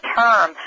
term